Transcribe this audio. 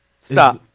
Stop